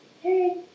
hey